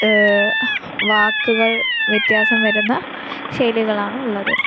വാക്കുകൾ വ്യത്യാസം വരുന്ന ശൈലികളാണ് ഉള്ളത്